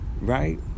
right